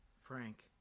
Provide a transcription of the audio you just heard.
Frank